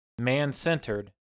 man-centered